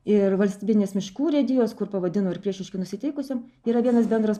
ir valstybinės miškų urėdijos kur pavadino ir priešiškai nusiteikusiem yra vienas bendras